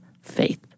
faith